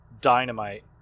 dynamite